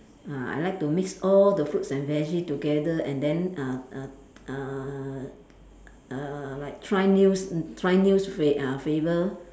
ah I like to mix all the fruits and veggie together and then uh uh uh err like try news n~ try new fla~ uh flavour